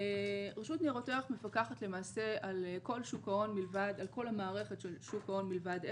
רשות ניירות ערך מפקחת למעשה על כל המערכת של שוק ההון מלבד אלה.